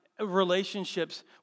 relationships